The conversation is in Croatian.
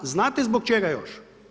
Znate zbog čega još?